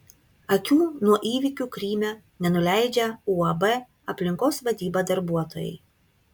akių nuo įvykių kryme nenuleidžia uab aplinkos vadyba darbuotojai